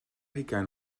hugain